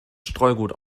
streugut